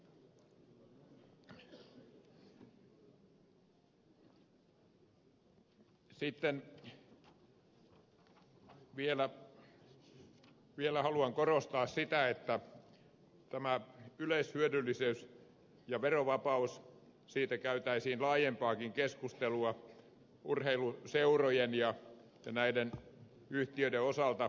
sitten vielä haluan korostaa sitä että tästä yleishyödyllisyydestä ja verovapaudesta käytäisiin laajempaakin keskustelua urheiluseurojen ja näiden yhtiöiden osalta